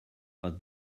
but